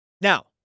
Now